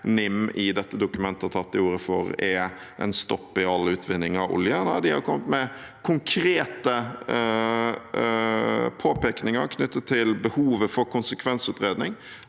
til orde for, er en stopp i all utvinning av olje. Nei, de har kommet med konkrete påpekninger knyttet til behovet for konsekvensutredning